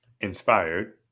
inspired